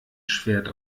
schwert